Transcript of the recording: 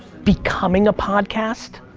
becoming a podcast,